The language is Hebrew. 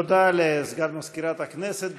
תודה לסגן מזכירת הכנסת.